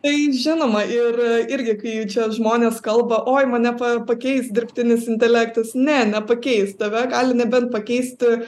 tai žinoma ir irgi kai čia žmonės kalba oi mane pa pakeis dirbtinis intelektas ne nepakeis tave gali nebent pakeisti